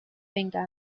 venga